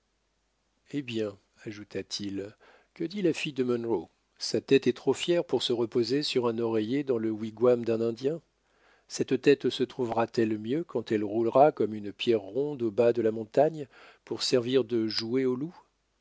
eh bien ajouta-t-il que dit la fille de munro sa tête est trop fière pour se reposer sur un oreiller dans le wigwam d'un indien cette tête se trouvera t elle mieux quand elle roulera comme une pierre ronde au bas de la montagne pour servir de jouet aux loups